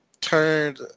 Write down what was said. turned